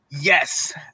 Yes